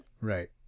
Right